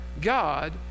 God